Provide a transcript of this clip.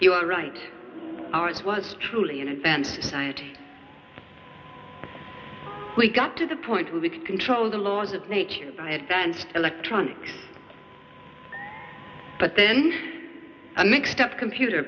you are right ours was truly an advanced society we got to the point where we could control the laws of nature by advanced electronics but then a mixed up computer